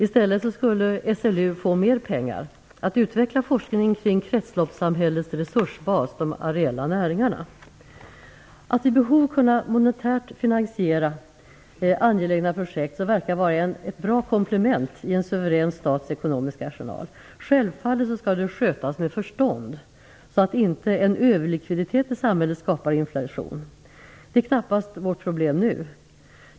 I stället skulle SLU få mer pengar för att utveckla forskningen kring kretsloppssamhällets resursbas, de areella näringarna. Att vid behov kunna monetärt finansiera angelägna projekt verkar vara ett bra komplement i en suverän stats ekonomiska arsenal. Självfallet skall det skötas med förstånd så att inte en överlikviditet i samhället skapar inflation. Det är knappast vårt problem nu.